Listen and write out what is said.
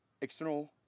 external